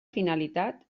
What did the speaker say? finalitat